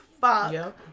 fuck